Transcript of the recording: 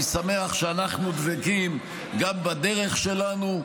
אני שמח שאנחנו דבקים גם בדרך שלנו,